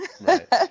Right